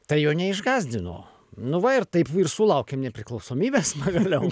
tai jo neišgąsdino nu va ir taip ir sulaukėm nepriklausomybės pagaliau